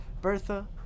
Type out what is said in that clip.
Bertha